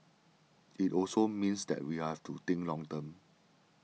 it also means that we have to think long term